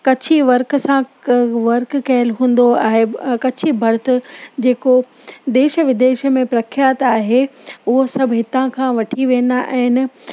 Kutchi work सां work कयलु हूंदो आहे कछी बर्थ जेको देश विदेश में प्रख्यात आहे उहो सभु हितां खां वठी वेंदा आहिनि